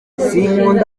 sinkunda